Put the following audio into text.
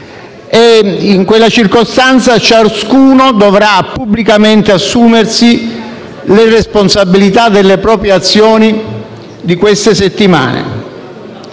in quella circostanza, ciascuno dovrà pubblicamente assumersi le responsabilità delle proprie azioni di queste settimane.